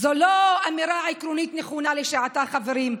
זו לא אמירה עקרונית נכונה לשעתה, חברים.